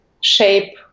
shape